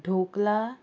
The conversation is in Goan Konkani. ढोकला